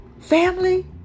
Family